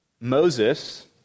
Moses